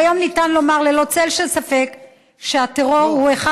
כיום ניתן לומר ללא צל של ספק שהטרור הוא אחד